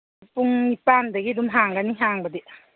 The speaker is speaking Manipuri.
ꯄꯨꯡ ꯅꯤꯄꯥꯟꯗꯒꯤ ꯑꯗꯨꯝ ꯍꯥꯡꯒꯅꯤ ꯍꯥꯡꯕꯗꯤ